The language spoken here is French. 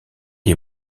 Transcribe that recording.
est